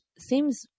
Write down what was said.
seems